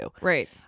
Right